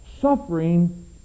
Suffering